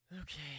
Okay